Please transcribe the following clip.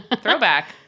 throwback